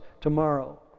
tomorrow